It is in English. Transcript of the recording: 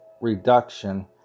reduction